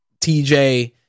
TJ